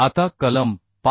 आता कलम 5